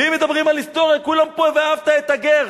ואם מדברים על היסטוריה, כולם פה "ואהבת את הגר".